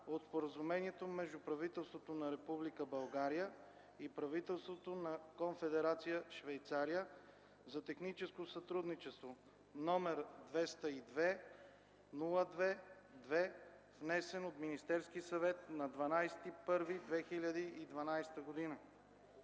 от Споразумението между правителството на Република България и правителството на Конфедерация Швейцария за техническо сътрудничество, № 202-02-2, внесен от Министерския съвет на 12 януари 2012 г.